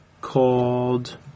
called